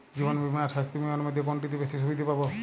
জীবন বীমা আর স্বাস্থ্য বীমার মধ্যে কোনটিতে বেশী সুবিধে পাব?